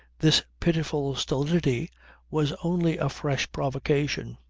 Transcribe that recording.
this pitiful stolidity was only a fresh provocation.